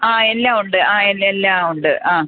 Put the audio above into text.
ആ എല്ലാമുണ്ട് ആ എല്ലാമുണ്ട് ആ